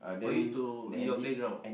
for you to your playground